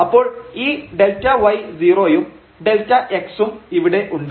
അപ്പോൾ ഈ Δy0 ഉം Δx ഉം ഇവിടെ ഉണ്ട്